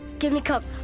give me cover,